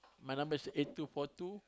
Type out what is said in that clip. my number is eight two four two